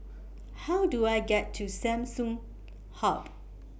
How Do I get to Samsung Hub